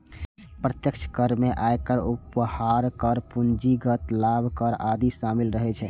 प्रत्यक्ष कर मे आयकर, उपहार कर, पूंजीगत लाभ कर आदि शामिल रहै छै